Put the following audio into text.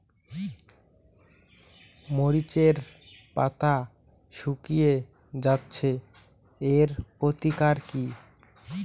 মরিচের পাতা শুকিয়ে যাচ্ছে এর প্রতিকার কি?